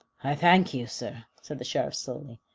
i thank you, sir, said the sheriff slowly.